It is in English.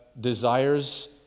desires